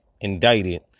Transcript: indicted